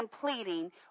pleading